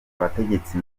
abategetsi